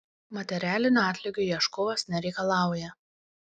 materialinio atlygio ieškovas nereikalauja